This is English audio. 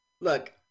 Look